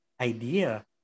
idea